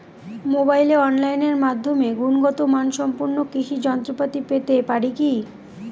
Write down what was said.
মোবাইলে অনলাইনের মাধ্যমে গুণগত মানসম্পন্ন কৃষি যন্ত্রপাতি পেতে পারি কি?